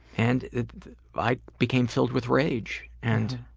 and i became filled with rage. and